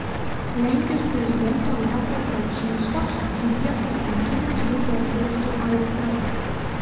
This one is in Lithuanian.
lenkijos prezidento lecho kačynskio žūties aplinkybės vis dar kursto aistras